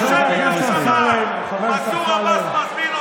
כפי שגילה לנו חבר הכנסת עבאס,